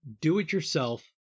do-it-yourself